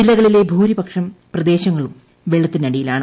ജില്ലകളിലെ ഭൂരിപക്ഷം പ്രദേശങ്ങളും വെള്ളത്തിനടിയിലാണ്